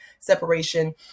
separation